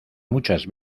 muchas